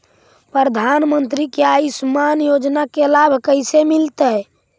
प्रधानमंत्री के आयुषमान योजना के लाभ कैसे मिलतै?